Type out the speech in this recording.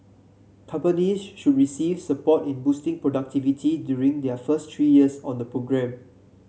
companies should receive support in boosting productivity during their first three years on the programme